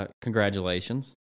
congratulations